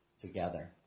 together